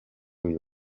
uyu